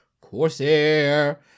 Corsair